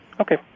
Okay